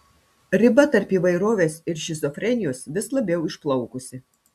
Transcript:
riba tarp įvairovės ir šizofrenijos vis labiau išplaukusi